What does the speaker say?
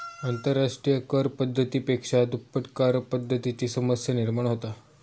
आंतरराष्ट्रिय कर पद्धती पेक्षा दुप्पट करपद्धतीची समस्या निर्माण होता